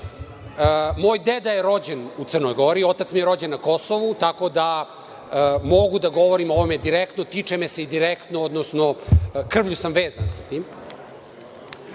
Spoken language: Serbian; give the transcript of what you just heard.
deda je rođen u Crnoj Gori, otac mi je rođen na Kosovu, tako da mogu da govorim o ovome direktno i tiče me se direktno, odnosno krvlju sam vezan sa tim.